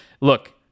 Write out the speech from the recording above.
look